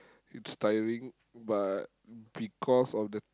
it's tiring but because of the